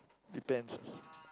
depends lah